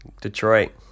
Detroit